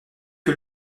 que